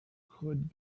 could